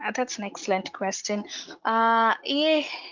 and that's an excellent question ea